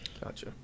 Gotcha